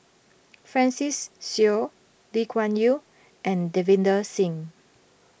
Francis Seow Lee Kuan Yew and Davinder Singh